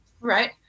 right